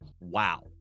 wow